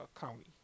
county